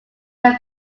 your